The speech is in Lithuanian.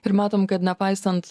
ir matom kad nepaisant